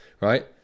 Right